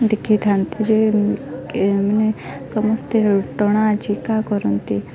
ଦେଖେଇ ଥାନ୍ତି ଯେ ମାନେ ସମସ୍ତେ ଟଣା ଝିକା କରନ୍ତି